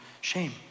Shame